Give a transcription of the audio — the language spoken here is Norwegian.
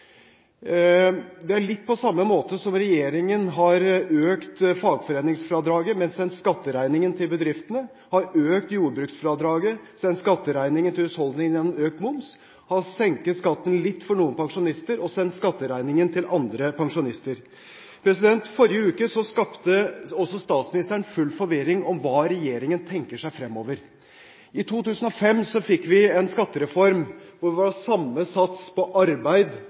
Det er litt på samme måte som når regjeringen har økt fagforeningsfradraget, men sendt skatteregningen til bedriftene, har økt jordbruksfradraget, men sendt skatteregningen til husholdningene gjennom økt moms, og senket skatten litt for noen pensjonister, men sendt skatteregningen til andre pensjonister. Forrige uke skapte også statsministeren full forvirring om hva regjeringen tenker seg fremover. I 2005 fikk vi en skattereform hvor det var samme sats på arbeid